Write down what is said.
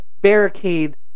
barricade